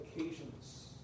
occasions